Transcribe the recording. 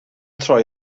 troi